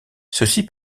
ceci